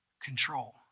control